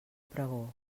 pregó